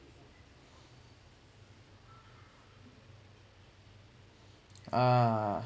ah